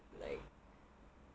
like